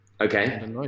Okay